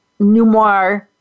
NUMAR